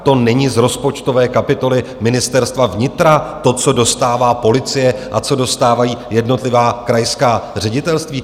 To není z rozpočtové kapitoly Ministerstva vnitra, to, co dostává policie a co dostávají jednotlivá krajská ředitelství?